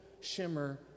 shimmer